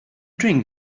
drink